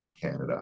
Canada